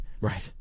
Right